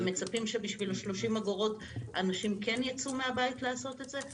ומצפים שבשביל 30 אגורות אנשים ייצאו מהבית כדי לעשות את זה?